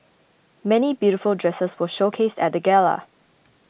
many beautiful dresses were showcased at the gala